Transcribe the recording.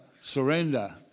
surrender